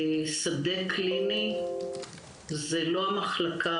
שדה קליני זה לא רק המחלקה,